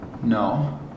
No